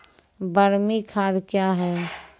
बरमी खाद कया हैं?